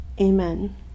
amen